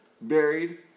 buried